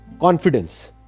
Confidence